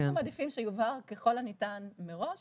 אנחנו מעדיפים שיובהר ככל הניתן מראש